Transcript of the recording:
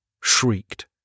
shrieked